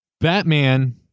Batman